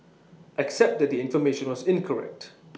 except that the information was incorrect